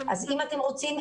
אז אם אתם רוצים,